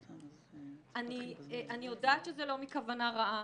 אני יודעת שזה לא מכוונה רעה,